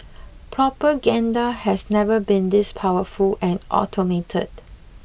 propaganda has never been this powerful and automated